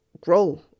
grow